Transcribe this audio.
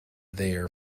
there